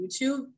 YouTube